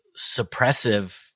suppressive